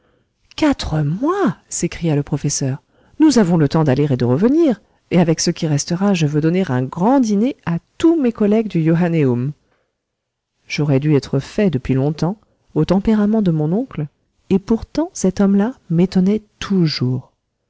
quatre mois s'écria le professeur nous avons le temps d'aller et de revenir et avec ce qui restera je veux donner un grand dîner à tous mes collègues du johannaeum j'aurais dû être fait depuis longtemps au tempérament de mon oncle et pourtant cet homme-là m'étonnait toujours